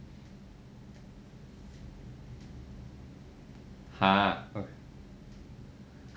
!huh!